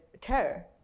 terror